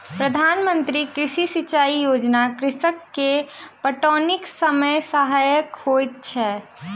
प्रधान मंत्री कृषि सिचाई योजना कृषक के पटौनीक समय सहायक होइत अछि